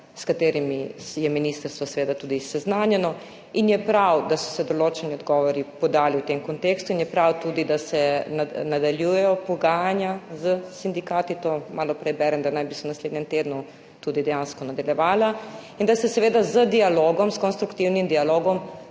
s katerimi je ministrstvo seveda tudi seznanjeno in je prav, da so se določeni odgovori podali v tem kontekstu in je prav tudi, da se nadaljujejo pogajanja s sindikati, to malo prej berem, da naj bi se v naslednjem tednu tudi dejansko nadaljevala in da se seveda z dialogom, s konstruktivnim dialogom